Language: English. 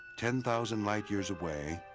ten thousand light years away,